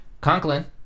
Conklin